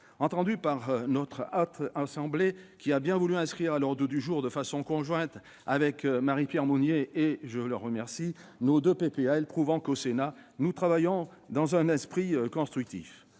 entendus par la Haute Assemblée, qui a bien voulu inscrire à l'ordre du jour, de façon conjointe avec Marie-Pierre Monier, et je l'en remercie, nos deux propositions de loi, prouvant qu'au Sénat nous travaillons dans un esprit constructif.